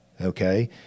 Okay